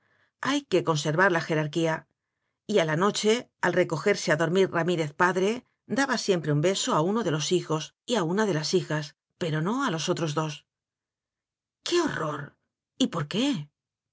hay que conservar la jerarquía y a la noche al recojerse a dormir ramírez padre daba siempre un beso a uno de los hijos y a una de las hijas pero no a los otros dos qué horror y por qué